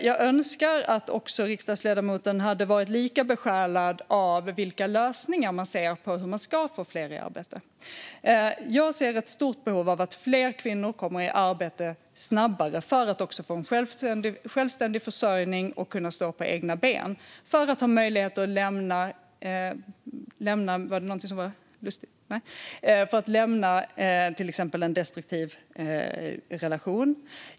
Jag önskar att riksdagsledamoten hade varit lika besjälad av att se lösningar på hur man ska få fler i arbete. Jag ser ett stort behov av att fler kvinnor kommer i arbete snabbare, också för att de ska få självständig försörjning och kunna stå på egna ben för att ha möjlighet att lämna till exempel en destruktiv relation. Var det något som var lustigt, riksdagsledamoten? Nej.